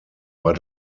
war